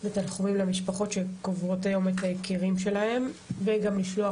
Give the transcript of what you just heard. בתנחומים למשפחות שקוברות את יקיריהן וגם לשלוח